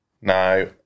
Now